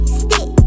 stick